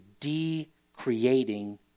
de-creating